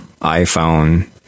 iPhone